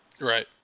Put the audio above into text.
Right